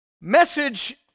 message